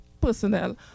personnel